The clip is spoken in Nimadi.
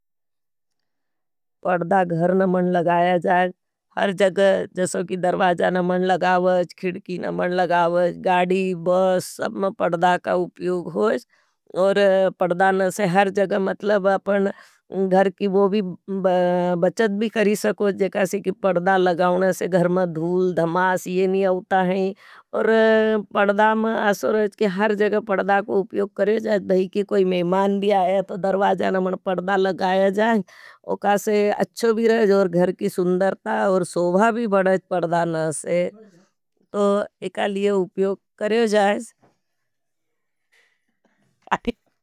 पड़दा गहर न मन लगाया जाए, हर जग जसो की दर्वाजा न मन लगावज। खिड़की न मन लगावज, गाडी, बस, सब में पड़दा का उप्यूग होज। और पड़दा न से हर जग मतलब अपन घर की वो भी बचत भी करी सकोज। जे कासे की पड़दा लगावने से घ से अच्छो भी रहेज, घर मा धूल धमास ये नी आउट है। और परदा मा असोरज के हर जगह परदा को उपयोग करे जाट। ताकि कोई मेहमान भी आया तो दरवाजा लमण परदा लगाया जाये उकसे अच्छों भी रहस। और घर की सुन्दर्ता, और सोभा भी बड़ाज पड़दा न से, तो एकाल ये उपयोग करेजाज, आई।